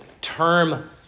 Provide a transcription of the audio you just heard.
term